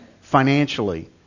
Financially